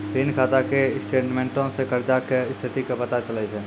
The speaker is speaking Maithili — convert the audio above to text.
ऋण खाता के स्टेटमेंटो से कर्जा के स्थिति के पता चलै छै